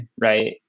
right